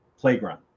playground